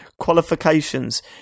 qualifications